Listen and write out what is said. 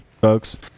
folks